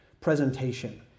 presentation